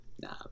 nah